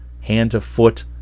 hand-to-foot